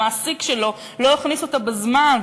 המעסיק שלו לא הכניס אותה בזמן,